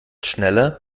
schneller